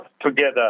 together